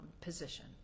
position